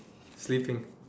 sleeping